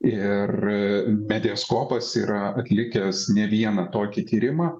ir mediaskopas yra atlikęs ne vieną tokį tyrimą